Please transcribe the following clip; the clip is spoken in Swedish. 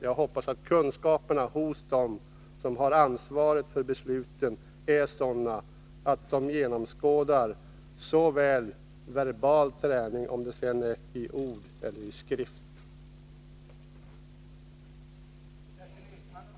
Jag hoppas att kunskaperna hos dem som har ansvar för besluten är sådana att man genomskådar verbal träning, oavsett om det är i tal eller i skrift som den kommer till uttryck.